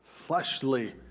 fleshly